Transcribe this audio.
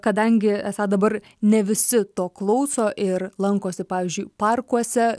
kadangi esą dabar ne visi to klauso ir lankosi pavyzdžiui parkuose